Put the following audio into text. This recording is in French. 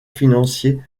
financier